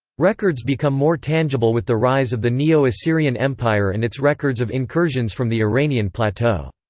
records become more tangible with the rise of the neo-assyrian empire and its records of incursions from the iranian plateau.